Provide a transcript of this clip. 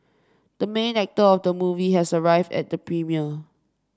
the main actor of the movie has arrived at the premiere